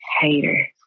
Hater